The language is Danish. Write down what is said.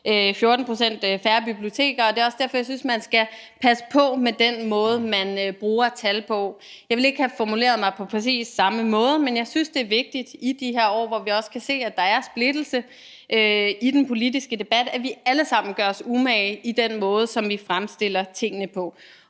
pct. færre biblioteker. Det er også derfor, jeg synes, man skal passe på med den måde, man bruger tal på. Jeg ville ikke have formuleret mig på præcis samme måde. Men jeg synes, det er vigtigt i de her år, hvor vi også kan se, at der er splittelse, at vi i den politiske debat alle sammen gør os umage i den måde, som vi fremstiller tingene på.